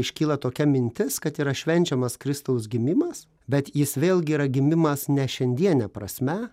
iškyla tokia mintis kad yra švenčiamas kristaus gimimas bet jis vėlgi yra gimimas ne šiandiene prasme